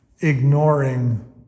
ignoring